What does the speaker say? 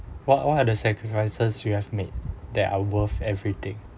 what what other sacrifices you have made that are worth everything